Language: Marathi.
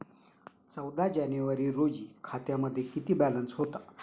चौदा जानेवारी रोजी खात्यामध्ये किती बॅलन्स होता?